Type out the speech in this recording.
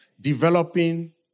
Developing